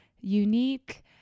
unique